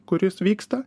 kuris vyksta